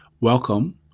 Welcome